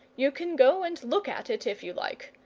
you can go and look at it if you like.